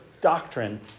doctrine